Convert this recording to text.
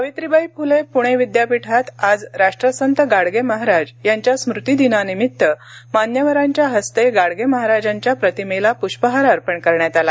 सावित्रीबाई फुले पुणे विद्यापीठात आज राष्ट्रसंत गाडगे महाराज यांच्या स्मृती दिनानिमित्त मान्यवरांच्या हस्ते गाडगे महाराज यांच्या प्रतिमेस पृष्पहार अर्पण करण्यात आला